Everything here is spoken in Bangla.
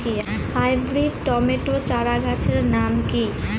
হাইব্রিড টমেটো চারাগাছের নাম কি?